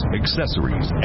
accessories